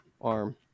arm